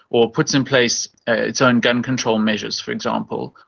or puts in place its own gun control measures, for example,